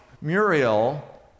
Muriel